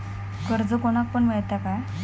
कर्ज कोणाक पण मेलता काय?